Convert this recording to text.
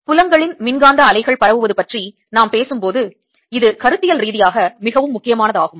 புலங்களின் மின்காந்த அலைகள் பரவுவது பற்றி நாம் பேசும்போது இது கருத்தியல் ரீதியாக மிகவும் முக்கியமானதாகும்